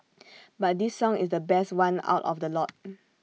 but this song is the best one out of the lot